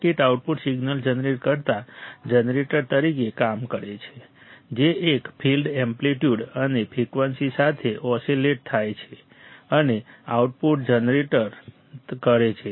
circuit output signal generate કરતા generator તરીકે કામ કરે છે જે એક ફિક્સ્ડ એમ્પ્લિટ્યૂડ અને ફ્રિકવન્સી સાથે ઓસીલેટ થાય છે અને આઉટપુટ જનરેટ કરે છે